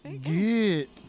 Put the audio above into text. good